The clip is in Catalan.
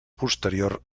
posterior